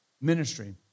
Ministry